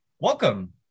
Welcome